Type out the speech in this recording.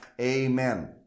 Amen